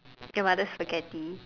your mother's Spaghetti